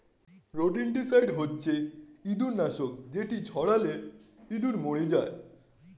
rodenticide হচ্ছে ইঁদুর নাশক যেটি ছড়ালে ইঁদুর মরে যায়